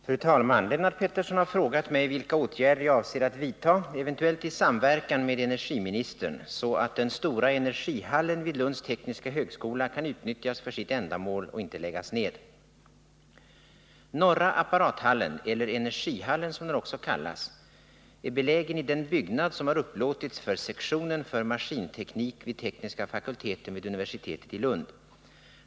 Fru talman! Lennart Pettersson har frågat mig vilka åtgärder jag avser att vidta, eventuellt i samverkan med energiministern, så att den stora energihallen vid Lunds tekniska högskola kan utnyttjas för sitt ändamål och inte läggas ned. Norra apparathallen, eller energihallen som den också kallas, är belägen i den byggnad som har upplåtits för sektionen för maskinteknik vid tekniska fakulteten vid universitetet i Lund.